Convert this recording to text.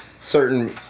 certain